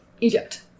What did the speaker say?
Egypt